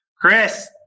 chris